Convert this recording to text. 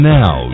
now